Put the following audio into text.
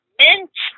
mint